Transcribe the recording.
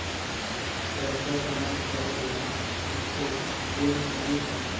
पैसा जमा करे ला कुछु पूर्फ चाहि का?